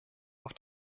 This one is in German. auf